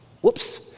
whoops